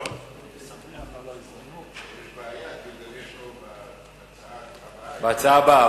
שמספרה 1857. בהצעה הבאה.